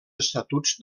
estatuts